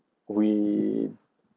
we